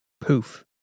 poof